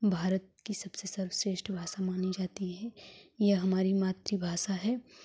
भारत की सबसे सर्वश्रेष्ठ भाषा मानी जाती है यह हमारी मातृभाषा है